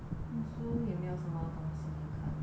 zoo 也没有什么东西看了